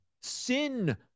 Sin